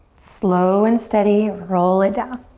slow and steady, roll it down.